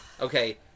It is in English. okay